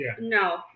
no